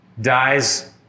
dies